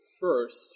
first